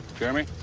jeremy